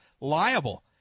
liable